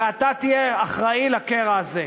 ואתה תהיה אחראי לקרע הזה.